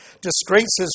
disgraces